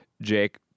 Jake